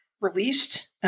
released